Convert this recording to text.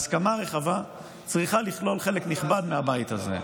הסכמה רחבה צריכה לכלול חלק נכבד מהבית הזה.